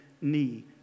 knee